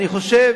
אני חושב